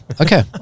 okay